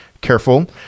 careful